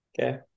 okay